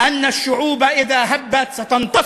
"נגרום לסלעים להבין אם בני-האדם לא